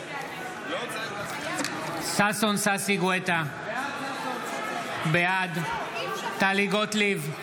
בעד ששון ששי גואטה, בעד טלי גוטליב,